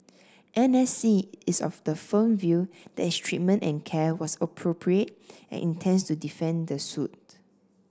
N S C is of the firm view that its treatment and care was appropriate and intends to defend the suit